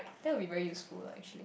then it'll be very useful lah actually